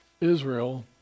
Israel